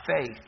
faith